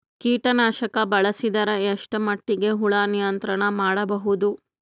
ಕೀಟನಾಶಕ ಬಳಸಿದರ ಎಷ್ಟ ಮಟ್ಟಿಗೆ ಹುಳ ನಿಯಂತ್ರಣ ಮಾಡಬಹುದು?